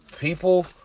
people